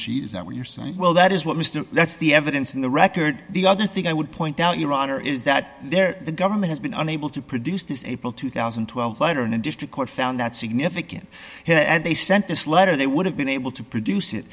sheet is that what you're saying well that is what mr let's the evidence in the record the other thing i would point out your honor is that there the government has been unable to produce this april two thousand and twelve letter and district court found that significant here and they sent this letter they would have been able to produce it